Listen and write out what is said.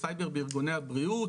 סייבר בארגוני הבריאות.